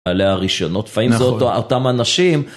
עלי הראשונות, האם זאת או אותם אנשים.